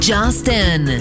Justin